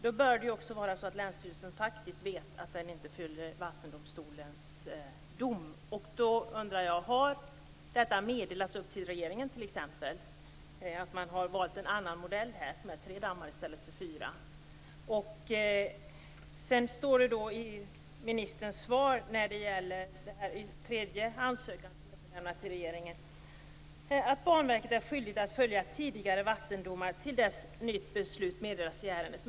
Då bör ju länsstyrelsen också veta att man inte följer Vattendomstolens dom. Har det meddelats till regeringen att man här har valt en annan modell, med tre dammar i stället för fyra? I ministerns svar står vad gäller den tredje ansökan som överlämnats till regeringen att Banverket är skyldigt att följa tidigare vattendomar, till dess nytt beslut meddelas i ärendet.